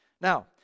Now